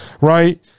right